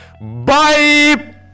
Bye